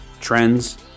trends